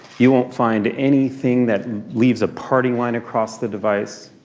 you won't find anything that leaves a parting line across the device.